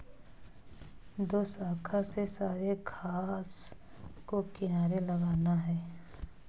दोशाखा से सारे घास को किनारे लगाना है